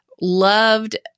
Loved